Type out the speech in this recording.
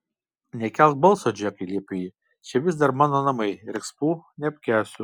nekelk balso džekai liepė ji čia vis dar mano namai riksmų nepakęsiu